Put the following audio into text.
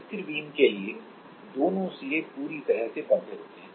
स्थिर बीम के लिए दोनों सिरे पूरी तरह से बंधे हुए हैं